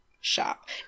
shop